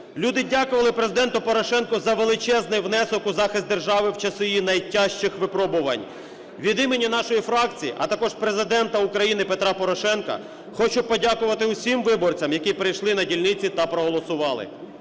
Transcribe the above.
Люди дякували Президенту Порошенку за величезний внесок у захист держави в часи її найтяжчих випробувань. Від імені нашої фракції, а також Президента України Петра Порошенка хочу подякувати усім виборцям, які прийшли на дільниці та проголосували.